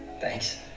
Thanks